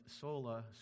sola